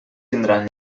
tindran